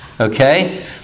Okay